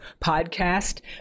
podcast